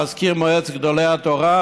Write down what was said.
מזכיר מועצת גדולי התורה,